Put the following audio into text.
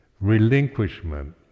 relinquishment